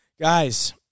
Guys